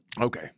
Okay